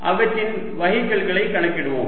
அவற்றின் வகைக்கெழுகளை கணக்கிடுவோம்